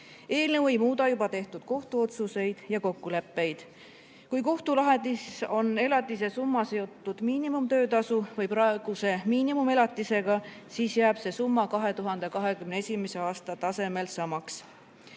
ei muuda juba tehtud kohtuotsuseid ja kokkuleppeid. Kui kohtulahendis on elatise summa seotud miinimumtöötasu või praeguse miinimumelatisega, siis jääb see summa 2021. aasta tasemel samaks.